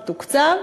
זה תוקצב,